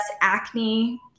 acne